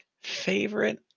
Favorite